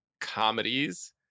comedies